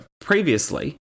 previously